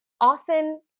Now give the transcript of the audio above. often